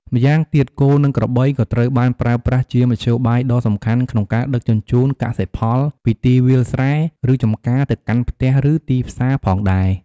ម្យ៉ាងទៀត គោ និងក្របីក៏ត្រូវបានប្រើប្រាស់ជាមធ្យោបាយដ៏សំខាន់ក្នុងការដឹកជញ្ជូនកសិផលពីទីវាលស្រែ ឬចំការទៅកាន់ផ្ទះឬទីផ្សារផងដែរ។